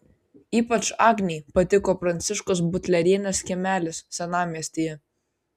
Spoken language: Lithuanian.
ypač agnei patiko pranciškos butlerienės kiemelis senamiestyje